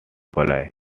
fly